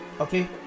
okay